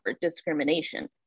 discrimination